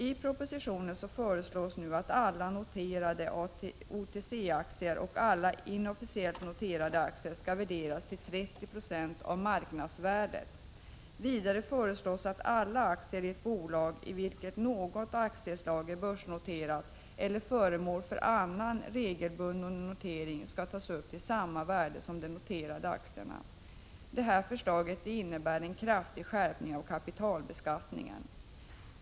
I propositionen föreslås nu att alla noterade OTC-aktier och alla inofficiellt noterade aktier skall värderas till 30 26 av marknadsvärdet. Vidare föreslås att alla aktier i ett bolag i vilket något aktieslag är börsnoterat eller föremål för annan regelbunden notering skall tas upp till samma värde som de noterade aktierna. Detta förslag innebär en kraftig skärpning av kapitalbeskattningen.